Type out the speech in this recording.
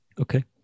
Okay